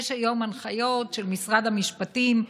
יש היום הנחיות של משרד המשפטים,